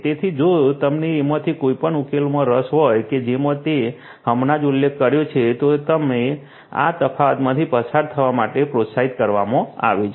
તેથી જો તમને આમાંથી કોઈપણ ઉકેલોમાં રસ હોય કે જેનો મેં હમણાં જ ઉલ્લેખ કર્યો છે તો તમને આ તફાવતોમાંથી પસાર થવા માટે પ્રોત્સાહિત કરવામાં આવે છે